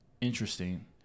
interesting